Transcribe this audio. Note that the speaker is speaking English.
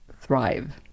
thrive